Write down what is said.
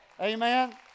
Amen